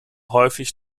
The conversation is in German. häufig